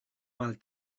mal